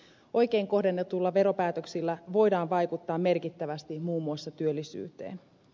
oikein kohdennetuilla veropäätöksillä voidaan vaikuttaa merkittävästi muun muassa työllisyyteen